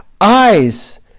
Eyes